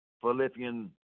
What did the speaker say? Philippians